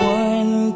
one